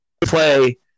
play